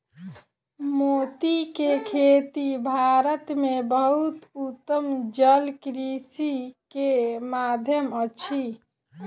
मोती के खेती भारत में बहुत उत्तम जलकृषि के माध्यम अछि